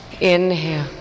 Inhale